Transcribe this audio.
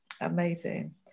Amazing